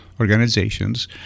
organizations